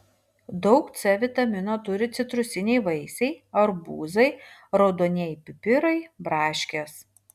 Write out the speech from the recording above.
daug c vitamino turi citrusiniai vaisiai arbūzai raudonieji pipirai braškės